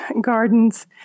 gardens